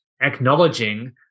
acknowledging